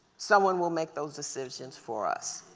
someone will make those decisions for us.